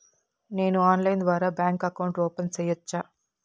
నేను ఆన్లైన్ ద్వారా bank account open సేయొచ్చా?